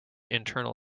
internal